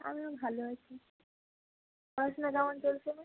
আমিও ভালো আছি পড়াশুনা কেমন চলছে রে